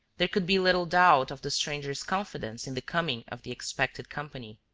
there could be little doubt of the stranger's confidence in the coming of the expected company.